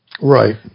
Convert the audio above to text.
Right